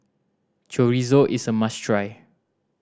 chorizo is a must try